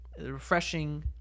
refreshing